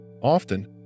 Often